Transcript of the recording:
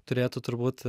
turėtų turbūt